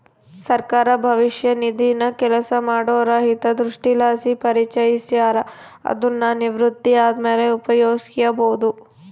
ಸರ್ಕಾರ ಭವಿಷ್ಯ ನಿಧಿನ ಕೆಲಸ ಮಾಡೋರ ಹಿತದೃಷ್ಟಿಲಾಸಿ ಪರಿಚಯಿಸ್ಯಾರ, ಅದುನ್ನು ನಿವೃತ್ತಿ ಆದ್ಮೇಲೆ ಉಪಯೋಗ್ಸ್ಯಬೋದು